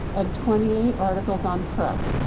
and twenty eight articles on prep.